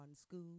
School